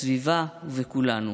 בסביבה, ובכולנו.